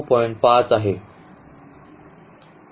5 आहे